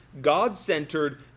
God-centered